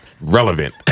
relevant